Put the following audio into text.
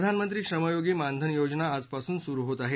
प्रधानमंत्री श्रमयोगी मानधन योजना आजपासून सुरू होणार आहे